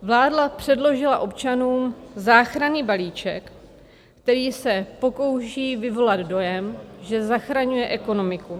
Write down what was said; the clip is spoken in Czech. Vláda předložila občanům záchranný balíček, který se pokouší vyvolat dojem, že zachraňuje ekonomiku.